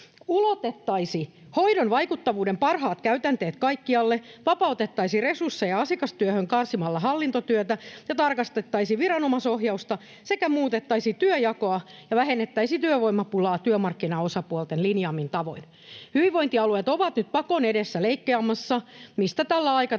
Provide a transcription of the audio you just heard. ulotettaisiin hoidon vaikuttavuuden parhaat käytänteet kaikkialle, vapautettaisiin resursseja asiakastyöhön karsimalla hallintotyötä ja tarkastettaisiin viranomaisohjausta sekä muutettaisiin työjakoa ja vähennettäisiin työvoimapulaa työmarkkinaosapuolten linjaamin tavoin. Hyvinvointialueet ovat nyt pakon edessä leikkaamassa sieltä, mistä tällä aikataululla